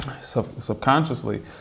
subconsciously